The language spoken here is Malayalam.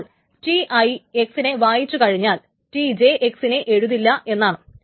അപ്പോൾ Ti x നെ വായിച്ചു കഴിഞ്ഞാൽ Tj x നെ എഴുതില്ല എന്നാണ്